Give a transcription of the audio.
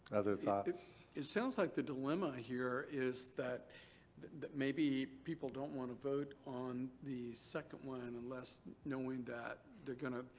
other thoughts? it sounds like the dilemma here is that that maybe people don't want to vote on the second one unless knowing that they're going to.